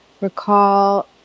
recall